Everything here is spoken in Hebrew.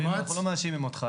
אנחנו לא מאשימים אותך.